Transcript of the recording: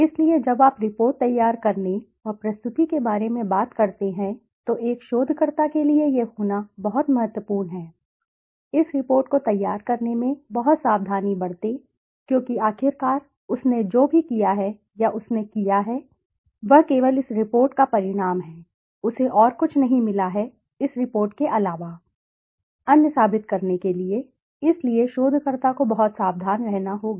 इसलिए जब आप रिपोर्ट तैयार करने और प्रस्तुति के बारे में बात करते हैं तो एक शोधकर्ता के लिए यह होना बहुत महत्वपूर्ण है इस रिपोर्ट को तैयार करने में बहुत सावधानी बरतें क्योंकि आखिरकार उसने जो भी किया है या उसने किया है वह केवल इस रिपोर्ट का परिणाम है उसे और कुछ नहीं मिला है इस रिपोर्ट के अलावा अन्य साबित करने के लिए इसलिए शोधकर्ता को बहुत सावधान रहना होगा